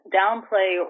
downplay